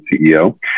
CEO